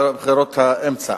בחירות האמצע,